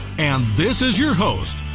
and this is your host.